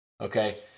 Okay